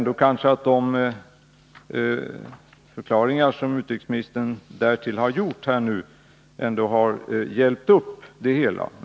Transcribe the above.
De förklaringar som utrikesministern sedan har lämnat tycker jag dock har hjälpt upp det hela.